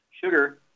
Sugar